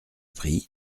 prix